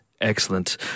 Excellent